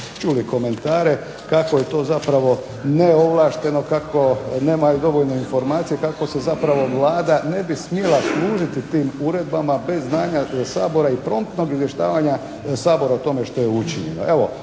čuli komentare kako je to zapravo neovlašteno, kako nema dovoljno informacija, kako se zapravo Vlada ne bi smjela služiti tim uredbama bez znanja Sabora i promptnog izvještavanja Sabora o tome što je učinjeno.